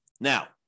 Now